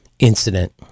incident